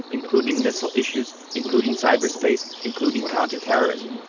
including missile issues, including cyberspace, including but counter-terrorism. like